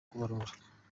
kubarura